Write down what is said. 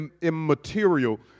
immaterial